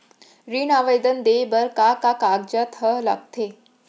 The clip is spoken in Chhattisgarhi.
ऋण आवेदन दे बर का का कागजात ह लगथे?